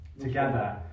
together